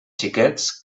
xiquets